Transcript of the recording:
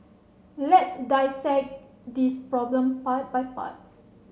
let's dissect this problem part by part